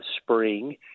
spring